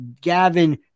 Gavin